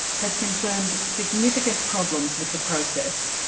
has confirmed significant problems with the process.